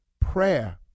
prayer